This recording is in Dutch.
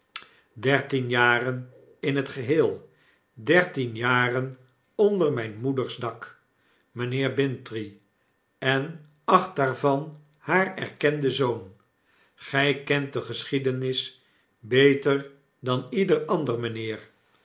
in het geheel dertien jaren onder myn moeders dak mynheer bintrey en acht daarvan haar erkende zoon gy kent de geschiedenis beter dan ieder ander mynheer